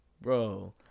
Bro